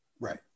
right